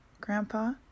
grandpa